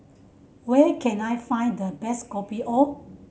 where can I find the best Kopi O